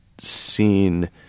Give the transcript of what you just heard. seen